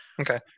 Okay